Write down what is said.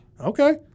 Okay